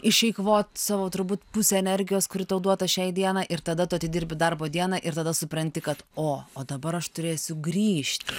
išeikvot savo turbūt pusė energijos kuri tau duota šiai dienai ir tada tu atidirbi darbo dieną ir tada supranti kad o o dabar aš turėsiu grįžti